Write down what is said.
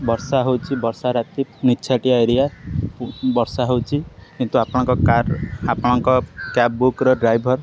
ବର୍ଷା ହେଉଛି ବର୍ଷା ରାତି ନିଛାଟିଆ ଏରିଆ ବର୍ଷା ହେଉଛି କିନ୍ତୁ ଆପଣଙ୍କ କାର୍ ଆପଣଙ୍କ କ୍ୟାବ୍ ବୁକ୍ ଡ୍ରାଇଭର